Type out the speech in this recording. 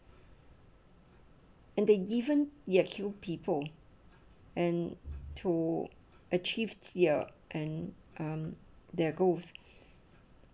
and they given ya kill people and to achieve ya and um there goes